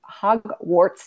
Hogwarts